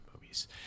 movies